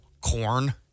corn